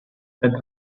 that